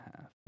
half